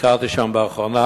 ביקרתי שם באחרונה,